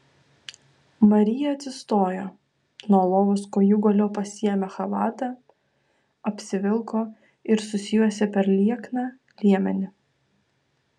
marija atsistojo nuo lovos kojūgalio pasiėmė chalatą apsivilko ir susijuosė per liekną liemenį